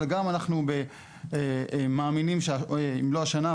אבל גם אנחנו מאמינים שאם לא השנה,